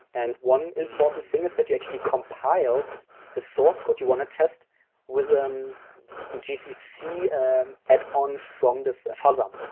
and one important thing is that you actually compile the source code you want to test with um gcc add on from this fuzzer,